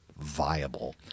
viable